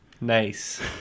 Nice